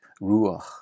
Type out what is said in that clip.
ruach